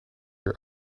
your